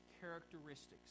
characteristics